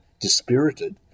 dispirited